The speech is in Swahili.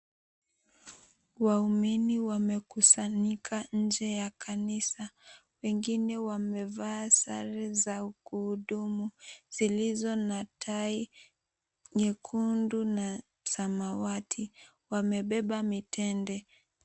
Waumini wamekusanyika nje ya kanisa wengine wamevaasare za kuhudumu zilizo na tai nyekundu na samawati wamebeba mitende.